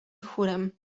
chórem